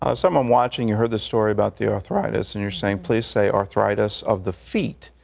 ah someone watching, you heard the story about the arthritis, and you're saying, please say arthritis of the feet.